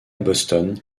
boston